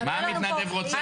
תהיה לנו פה וועדת חקירה.